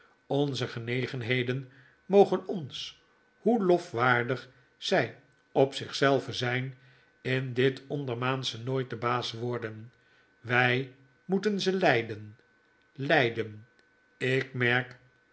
onze genegenheden mogen ons hoe lofwaardig zy op zich zelven zyn in dit ondermaansche nooit de baas worden wy moeten ze leiden leiden ik merk